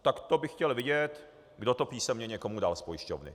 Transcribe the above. Tak to bych chtěl vidět, kdo to písemně někomu dal z pojišťovny.